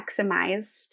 maximized